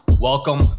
Welcome